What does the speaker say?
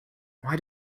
why